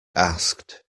asked